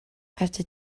after